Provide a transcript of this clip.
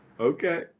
Okay